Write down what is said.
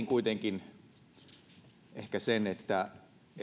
kuitenkin ehkä sen että jos